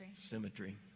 Symmetry